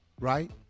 right